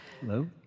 Hello